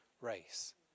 race